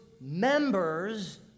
Members